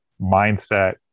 mindset